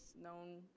known